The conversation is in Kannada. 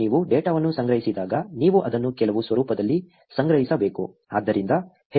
ನೀವು ಡೇಟಾವನ್ನು ಸಂಗ್ರಹಿಸಿದಾಗ ನೀವು ಅದನ್ನು ಕೆಲವು ಸ್ವರೂಪದಲ್ಲಿ ಸಂಗ್ರಹಿಸಬೇಕು